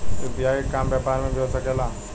UPI के काम व्यापार में भी हो सके ला?